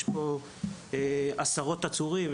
יש פה עשרות עצורים,